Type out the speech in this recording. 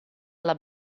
alla